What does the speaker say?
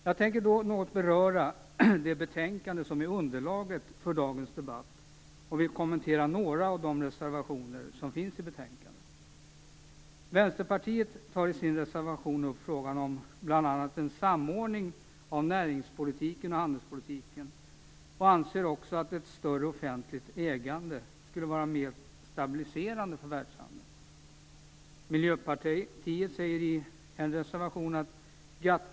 Jag tänker något beröra det betänkande som är underlaget för dagens debatt. Jag vill kommentera några av de reservationer som finns i betänkandet. Vänsterpartiet tar i sin reservation upp frågan om bl.a. en samordning av näringspolitiken och handelspolitiken, och anser också att ett större offentligt ägande skulle vara mer stabiliserande för världshandeln.